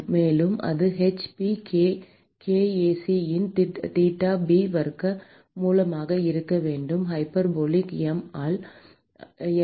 மேலும் அது h P kk A c இன் தீட்டா b வர்க்க மூலமாக இருக்க வேண்டும் ஹைபர்போலிக் எம் எல்